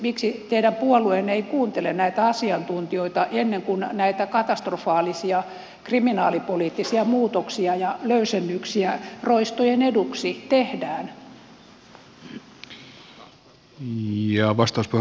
miksi teidän puolueenne ei kuuntele näitä asiantuntijoita ennen kuin näitä katastrofaalisia kriminalipoliittisia muutoksia ja löysennyksiä roistojen eduksi tehdään